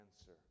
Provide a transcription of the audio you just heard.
answer